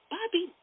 Bobby